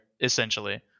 essentially